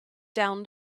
down